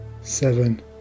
seven